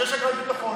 כמו שיש אגרת ביטחון.